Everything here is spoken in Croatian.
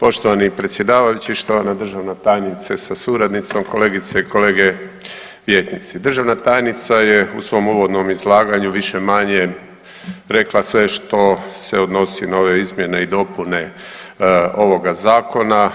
Poštovani predsjedavajući, štovana državna tajnice sa suradnicom, kolegice i kolege vijećnici, državna tajnica je u svom uvodnom izlaganju više-manje rekla sve što se odnosi na ove izmjene i dopune ovoga zakona.